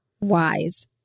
wise